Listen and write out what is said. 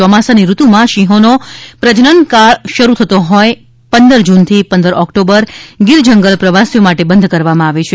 ચોમાસાની ઋતુમાં સિંહોનો પ્રજનન કાળ શરૂ થતો હોય પંદર જૂનથી પંદર ઓક્ટોમ્બર ગીર જંગલ પ્રવાસીઓ માટે બંધ કરવામાં આવે છે